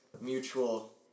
mutual